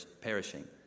perishing